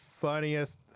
funniest